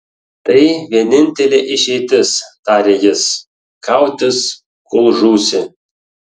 tai vienintelė išeitis tarė jis kautis kol žūsi